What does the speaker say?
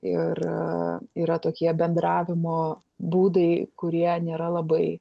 ir yra tokie bendravimo būdai kurie nėra labai